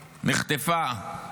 נחטפה.